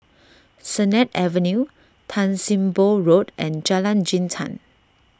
Sennett Avenue Tan Sim Boh Road and Jalan Jintan